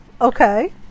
Okay